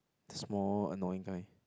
the small annoying kind